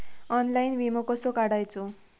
Online विमो कसो काढायचो?